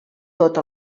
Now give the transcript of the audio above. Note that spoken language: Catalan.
tot